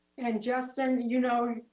and justin, you know,